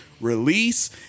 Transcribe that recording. release